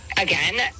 again